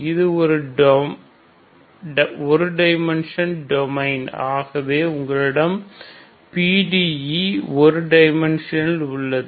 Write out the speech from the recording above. இது ஒரு dimension domain ஆகவே உங்களிடம் PDE ஒரு டைமென்ஷனில் உள்ளது